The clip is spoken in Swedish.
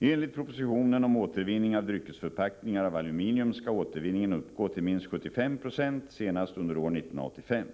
Enligt propositionen om återvinning av dryckesförpackningar av aluminium skall återvinningen uppgå till minst 75 96 senast under år 1985.